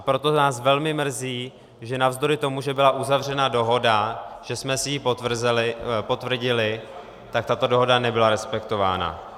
Proto nás velmi mrzí, že navzdory tomu, že byla uzavřena dohoda, že jsme si ji potvrdili, tak tato dohoda nebyla respektována.